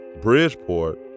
Bridgeport